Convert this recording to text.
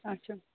اچھا